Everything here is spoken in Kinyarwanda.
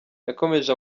yakomeje